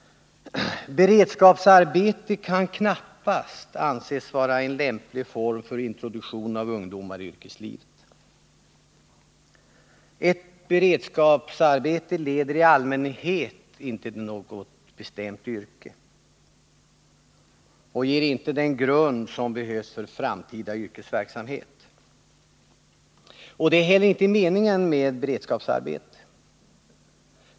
Beredskapsarbete kan knappast anses vara en lämplig form för introduktion av ungdomar i yrkeslivet. Ett beredskapsarbete leder i allmänhet inte till något bestämt yrke och ger inte den grund som behövs för framtida yrkesverksamhet — och det är heller inte meningen med beredskapsarbete.